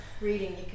reading